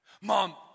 Mom